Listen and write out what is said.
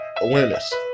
awareness